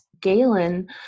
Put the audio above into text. Galen